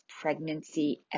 pregnancy